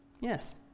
Yes